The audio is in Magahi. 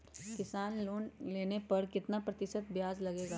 किसान लोन लेने पर कितना प्रतिशत ब्याज लगेगा?